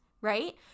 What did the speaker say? right